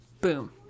Boom